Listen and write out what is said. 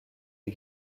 les